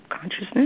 consciousness